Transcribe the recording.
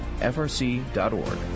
frc.org